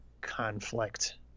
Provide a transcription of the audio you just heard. conflict